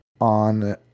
on